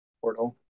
portal